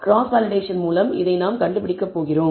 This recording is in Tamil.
கிராஸ் வேலிடேஷன் மூலம் இதை நாம் கண்டுபிடிக்கப் போகிறோம்